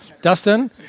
Dustin